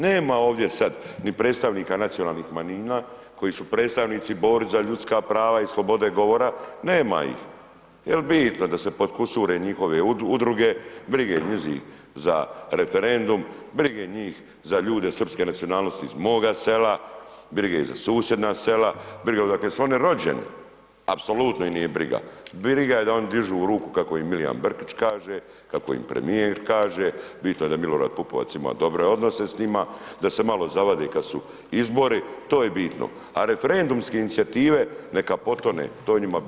Nema ovdje sad ni predstavnika nacionalnih manjina koji su predstavnici borbe za ljudska prava i slobode govora, nema ih, jel bitno da se podkusure njihove udruge, brige njizi za referendum, brige njih za ljude srpske nacionalnosti iz moga sela, brige i za susjedna sela, briga odakle su oni rođeni, apsolutno ih nije briga, briga je da oni dižu ruku kako im Milijan Brkić kaže, kako im premijer kaže, bitno da Milorad Pupovac ima dobre odnose s njima da se malo zavade kad su izbori, to je bitno a referendumske inicijative, neka potone, to je njima bitno.